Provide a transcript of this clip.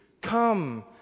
come